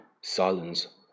silence